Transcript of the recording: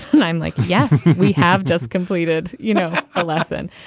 and i'm like, yes, we have just completed, you know, a lesson.